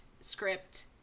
script